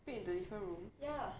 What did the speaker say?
split into different rooms